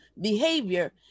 behavior